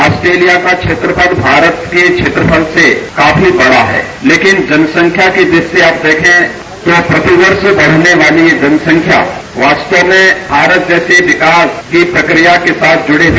Australia का क्षेत्रफल भारत के क्षेत्रफल से काफी बड़ा है लेकिन जनसंख्या की दृष्टि से आप देखे तो प्रति वर्ष बढ़ने वाली यह जनसंख्या वास्तव में भारत जैसे विकास की प्रक्रिया के साथ जुड़े है